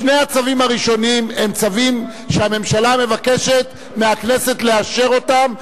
שני הצווים הראשונים הם צווים שהממשלה מבקשת מהכנסת לאשר אותם,